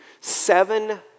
seven